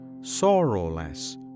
sorrowless